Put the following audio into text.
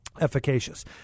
Efficacious